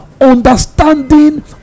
understanding